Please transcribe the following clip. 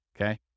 Okay